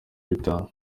bitanu